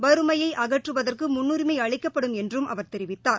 வறுமையை அகற்றுவதற்கு முன்னுரிமை அளிக்கப்படும் என்றும் அவர் தெரிவித்தார்